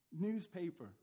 newspaper